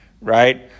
right